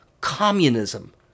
communism